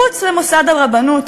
מחוץ למוסד הרבנות,